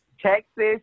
Texas